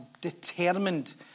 determined